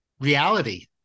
reality